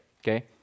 Okay